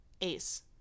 Ace